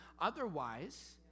otherwise